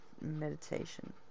meditation